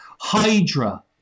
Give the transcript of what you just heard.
hydra